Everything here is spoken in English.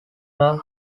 are